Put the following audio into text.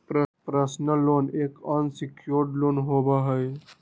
personal loan एक unsecured loan होबा हई